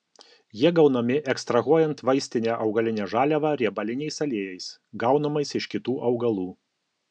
jie gaunami ekstrahuojant vaistinę augalinę žaliavą riebaliniais aliejais gaunamais iš kitų augalų